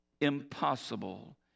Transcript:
Impossible